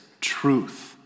truth